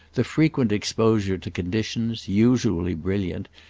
the frequent exposure to conditions, usually brilliant,